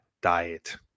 diet